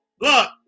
Look